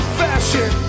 fashion